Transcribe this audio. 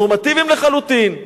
נורמטיבים לחלוטין,